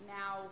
now